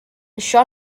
això